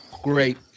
Great